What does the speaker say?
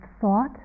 thought